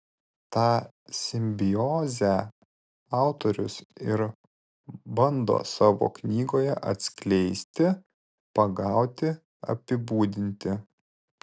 tą simbiozę autorius ir bando savo knygoje atskleisti pagauti apibūdinti